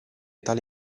tale